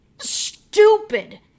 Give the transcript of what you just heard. Stupid